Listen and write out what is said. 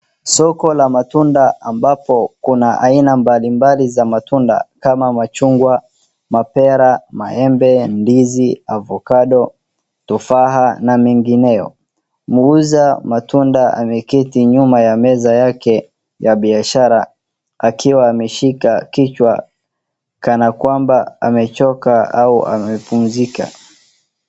Soko la matunda ambapo kuna aina mbalimbali za matunda kama machungwa, mapera, maembe, ndizi, avocado , tofaha na mengineyo. Muuza matunda ameketi nyuma ya meza yake ya biashara akiwa ameshika kichwa kana kwamba amechoka au amepumzika.